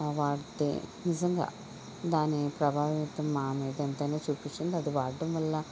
వాడితే నిజంగా దాని ప్రభావం అయితే మా మీద ఎంతైనా చూపించింది అది వాడటం వల్ల